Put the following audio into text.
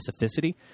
specificity